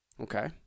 Okay